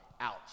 Ouch